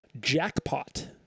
Jackpot